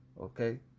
okay